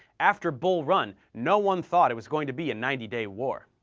after bull run, no one thought it was going to be a ninety day war.